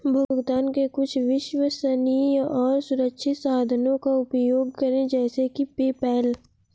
भुगतान के कुछ विश्वसनीय और सुरक्षित साधनों का उपयोग करें जैसे कि पेपैल